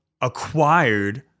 acquired